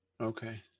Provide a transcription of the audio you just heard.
Okay